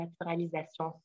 naturalisation